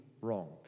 wrong